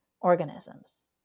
organisms